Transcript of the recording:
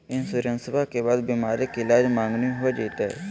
इंसोरेंसबा के बाद बीमारी के ईलाज मांगनी हो जयते?